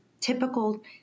typical